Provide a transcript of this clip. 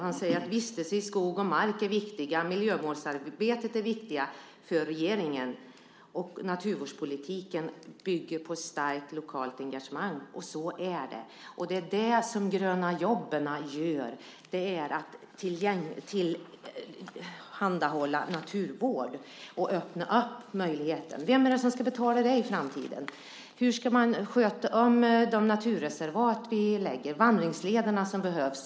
Han talade om vistelse i skog och mark och sade att miljövårdsarbetet är viktigt för regeringen och att naturvårdspolitiken bygger på ett starkt lokalt engagemang. Så är det. Det som görs inom Gröna jobb handlar om att tillhandahålla naturvård och öppna för den möjligheten. Vem ska betala det i framtiden? Hur ska man sköta de naturvårdsreservat som vi beslutar om och de vandringsleder som behövs?